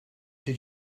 did